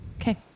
Okay